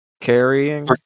carrying